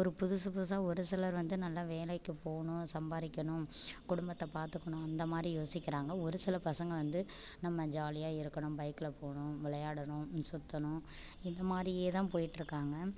ஒரு புதுசு புதுசாக ஒரு சிலர் வந்து நல்லா வேலைக்குப் போகணும் சம்பாதிக்கணும் குடும்பத்தை பார்த்துக்கணும் இந்த மாதிரி யோசிக்கிறாங்க ஒரு சில பசங்க வந்து நம்ம ஜாலியாக இருக்கணும் பைக்கில போகணும் விளையாடணும் சுற்றணும் இந்த மாதிரியே தான் போயிட்டுருக்காங்க